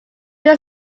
who